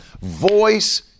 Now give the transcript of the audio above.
Voice